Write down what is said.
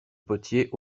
potier